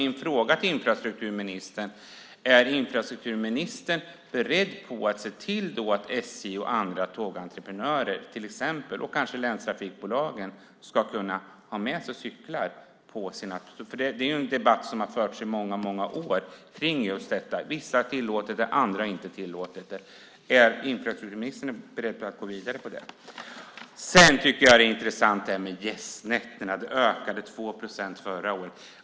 Min fråga till infrastrukturministern är: Är infrastrukturministern beredd att se till att till exempel SJ och andra tågentreprenörer, kanske också länstrafikbolagen, ska kunna ta med cyklar på sina tåg? Det är en debatt som har förts i många år. Vissa har tillåtit det, andra inte. Är infrastrukturministern beredd att gå vidare med det? Det här med antalet gästnätter är också intressant. Det ökade med 2 procent förra året.